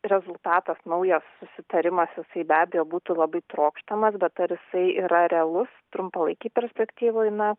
rezultatas naujas susitarimas jisai be abejo būtų labai trokštamas bet ar jisai yra realus trumpalaikėj perspektyvoj na